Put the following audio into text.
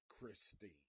Christine